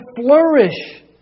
flourish